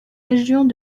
régions